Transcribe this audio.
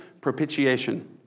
Propitiation